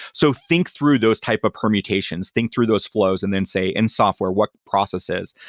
so think through those type of permutations. think through those flows and then say, in software, what processes?